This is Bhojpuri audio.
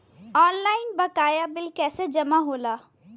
ऑनलाइन बकाया बिल कैसे जमा होला?